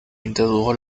introdujo